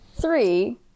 Three